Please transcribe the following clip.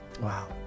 Wow